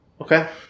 Okay